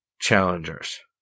challengers